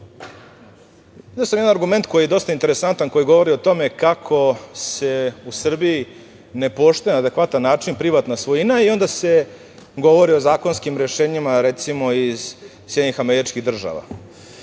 sam jedan argument koji je dosta interesantan. Govori o tome kako se u Srbiji ne poštuje na adekvatan način privatna svojina i onda se govori o zakonskim rešenjima, recimo iz SAD-a, gde se